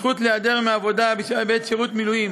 (תיקון, זכות להיעדר מעבודה בעת שירות מילואים